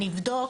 נבדוק,